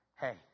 Hey